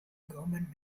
government